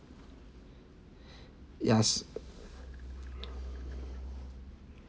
yes